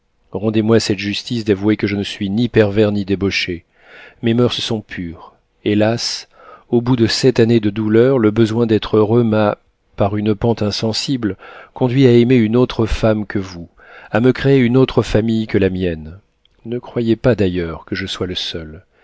rendez-moi cette justice d'avouer que je ne suis ni pervers ni débauché mes moeurs sont pures hélas au bout de sept années de douleur le besoin d'être heureux m'a par une pente insensible conduit à aimer une autre femme que vous à me créer une autre famille que la mienne ne croyez pas d'ailleurs que je sois le seul